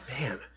Man